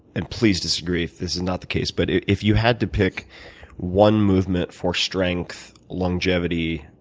and please disagree if this is not the case, but if you had to pick one movement for strength, longevity,